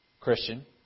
Christian